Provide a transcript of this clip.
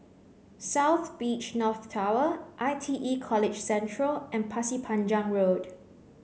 South Beach North Tower I T E College Central and Pasir Panjang Road